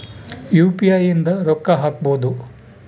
UPI ಇಂದ ರೊಕ್ಕ ಹಕ್ಬೋದು